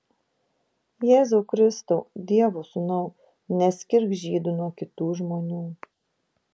jėzau kristau dievo sūnau neskirk žydų nuo kitų žmonių